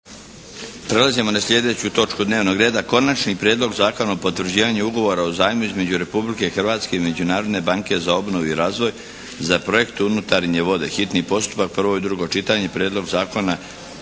Prelazimo na sljedeću točku dnevnog reda –- Konačni prijedlog Zakona o potvrđivanju Ugovora o zajmu između Republike Hrvatske i Međunarodne banke za obnovu i razvoj za projekt unutarnje vode, hitni postupak, prvo i drugo čitanje P.Z. 743